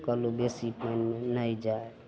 कहलियै बेसी पानिमे नहि जाउ